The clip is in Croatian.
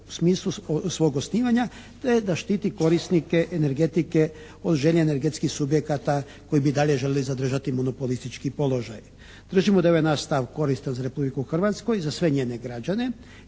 smislu svog osnivanja te da štiti korisnike energetike od želje energetskih subjekata koji bi dalje željeli zadržati monopolistički položaj. Držimo da je ovaj naš stav koristan za Republiku Hrvatsku i za sve njene građane